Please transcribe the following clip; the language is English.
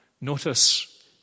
notice